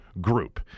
group